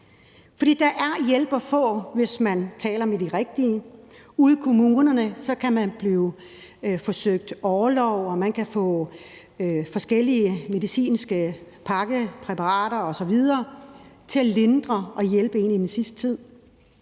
der er hjælp at få, hvis man taler med de rigtige. Ude i kommunerne kan man søge om orlov, man kan få forskellige medicinske pakkeløsninger, præparater osv. til at lindre og hjælpe en i den sidste tid,